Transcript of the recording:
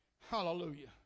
Hallelujah